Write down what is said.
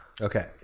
Okay